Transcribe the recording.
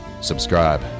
subscribe